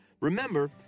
Remember